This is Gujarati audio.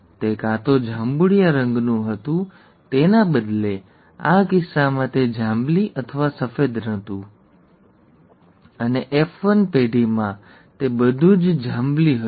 તે કાં તો જાંબુડિયા રંગનું હતું તેના બદલે આ કિસ્સામાં તે જાંબલી અથવા સફેદ હતું અને F1 પેઢીમાં તે બધું જ જાંબલી હતું